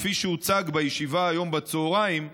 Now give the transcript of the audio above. כפי שהוצג בישיבה היום בצוהריים,